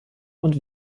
und